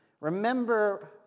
remember